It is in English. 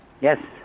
Yes